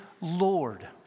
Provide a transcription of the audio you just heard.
Lord